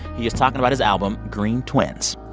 he is talking about his album green twins.